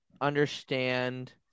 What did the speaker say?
understand